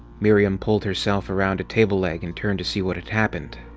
miriam pulled herself around a table leg and turned to see what had happened.